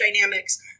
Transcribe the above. dynamics